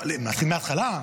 שנתחיל מההתחלה?